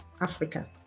Africa